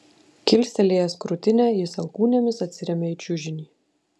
kilstelėjęs krūtinę jis alkūnėmis atsiremia į čiužinį